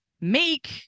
make